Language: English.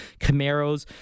Camaros